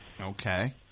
Okay